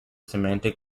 semantic